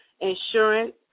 insurance